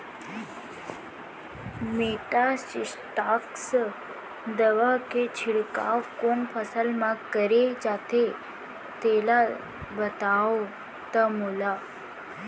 Metasystox दवा के छिड़काव कोन फसल म करे जाथे तेला बताओ त मोला?